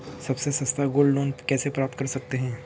सबसे सस्ता gold loan कैसे प्राप्त कर सकते हैं?